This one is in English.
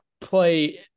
play